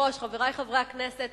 חברי הכנסת,